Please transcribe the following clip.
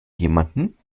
jemanden